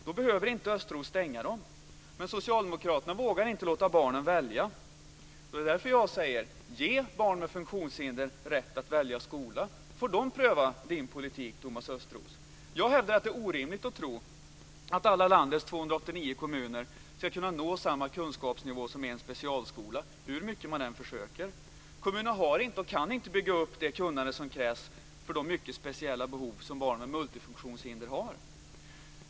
Då behöver inte Östros stänga dem, men Socialdemokraterna vågar inte låta barnen välja. Det är därför jag säger: Ge barn med funktionshinder rätt att välja skola, så får de pröva din politik, Thomas Östros! Jag hävdar att det är orimligt att tro att alla landets 289 kommuner ska kunna nå samma kunskapsnivå som en specialskola, hur mycket de än försöker. Kommunerna har inte och kan inte bygga upp det kunnande som krävs för de mycket speciella behov som barn med multifunktionshinder har.